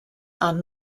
are